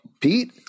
Pete